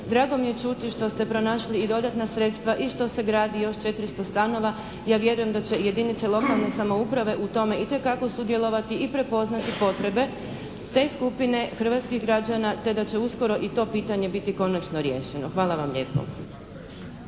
Drago mi je čuti da ste pronašli i dodatna sredstva i što se gradi još 400 stanova. Ja vjerujem da će jedinice lokalne samouprave u tome itekako sudjelovati i prepoznati potrebe te skupine hrvatskih građana, te da će uskoro i to pitanje biti konačno riješeno. Hvala vam lijepo.